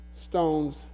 stones